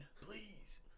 Please